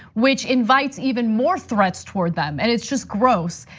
which invites even more threats toward them and it's just gross.